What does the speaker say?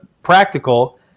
Practical